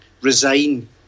resign